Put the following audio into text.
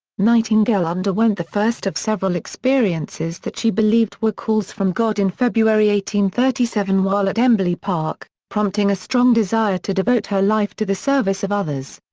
nightingale underwent the first of several experiences that she believed were calls from god in february thirty seven while at embley park, prompting a strong desire to devote her life to the service of others.